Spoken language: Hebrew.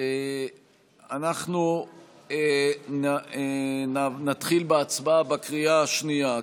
אנחנו נתחיל בהצבעה בקריאה השנייה,